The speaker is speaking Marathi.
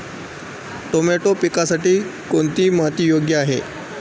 टोमॅटो पिकासाठी कोणती माती योग्य आहे?